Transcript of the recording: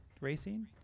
racing